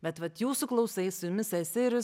bet vat jūsų klausai su jumis esi ir jūs